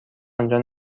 آنجا